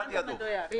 זה התעדוף.